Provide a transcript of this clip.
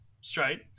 straight